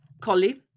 collie